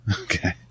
okay